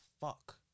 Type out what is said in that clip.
fuck